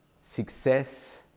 success